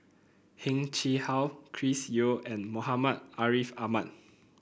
Heng Chee How Chris Yeo and Muhammad Ariff Ahmad